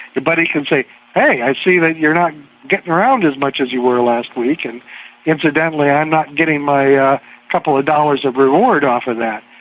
your buddy can like hey, i see that you're not getting around as much as you were last week, and incidentally i'm not getting my ah couple of dollars of reward off of that.